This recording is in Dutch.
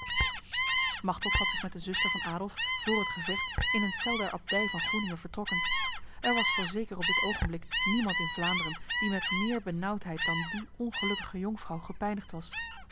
machteld had zich met de zuster van adolf vr het gevecht in een cel der abdij van groeninge vertrokken er was voorzeker op dit ogenblik niemand in vlaanderen die met meer benauwdheid dan die ongelukkige jonkvrouw gepijnigd was